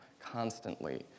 constantly